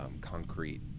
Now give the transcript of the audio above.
concrete